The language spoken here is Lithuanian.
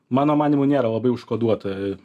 mano manymu nėra labai užkoduota